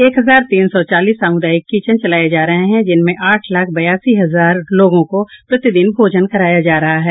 एक हजार तीन सौ चालीस सामुदायिक किचेन चलाये जा रहे जिनमें आठ लाख बयासी हजार लोगों को प्रतिदिन भोजन कराया जा रहा है